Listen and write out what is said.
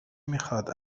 میخاد